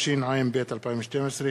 התשע"ב 2012,